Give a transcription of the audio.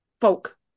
folk